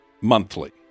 monthly